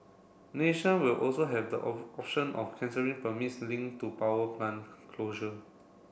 nation will also have the option of cancelling permits link to power plant closure